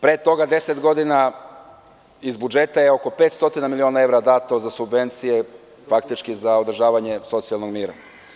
Pre toga deset godina iz budžeta je oko petsto miliona evra dato za subvencije faktički za održavanje socijalnog mira.